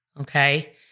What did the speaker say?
Okay